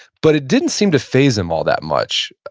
but it didn't seem to faze him all that much.